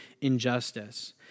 injustice